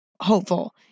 hopeful